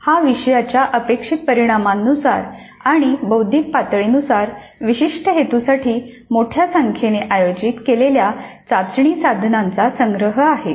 हा विषयाच्या अपेक्षित परिणामांनुसार आणि बौद्धिक पातळीनुसार विशिष्ट हेतूसाठी मोठ्या संख्येने आयोजित केलेल्या चाचणी साधनांचा संग्रह आहे